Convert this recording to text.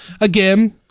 again